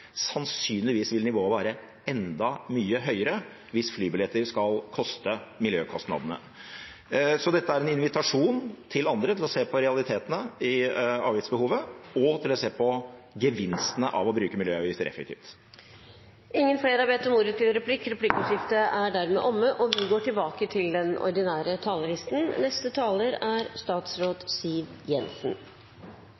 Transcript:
Sannsynligvis vil nivået være enda mye høyere hvis flybilletter skal koste som miljøkostnadene. Så dette er en invitasjon til andre til å se på realitetene i avgiftsbehovet, og til å se på gevinstene av å bruke miljøavgifter effektivt. Replikkordskiftet er omme. Vi er inne i utfordrende tider. Mange mennesker er på flukt, og den sikkerhetspolitiske situasjonen er vanskelig. Samtidig som vi